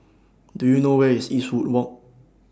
Do YOU know Where IS Eastwood Walk